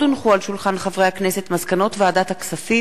מאת חברי הכנסת רוברט אילטוב,